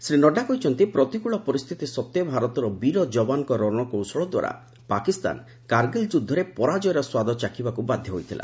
ଶ୍ରୀ ନଡ୍ରା କହିଛନ୍ତି ପ୍ରତିକୂଳ ପରିସ୍ଥିତି ସତ୍ତ୍ୱେ ଭାରତର ବୀର ଯବାନ୍ଙ୍କ ରଣକୌଶଳଦ୍ୱାରା ପାକିସ୍ତାନ କାର୍ଗିଲ୍ ଯୁଦ୍ଧରେ ପରାଜୟର ସ୍ୱାଦ ଚାଖିବାକୁ ବାଧ୍ୟ ହୋଇଥିଲା